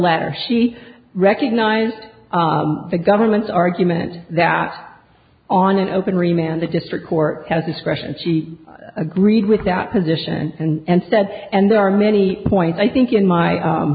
latter she recognized the government's argument that on an open rematch the district court has discretion and she agreed with that position and said and there are many point i think in my